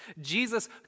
Jesus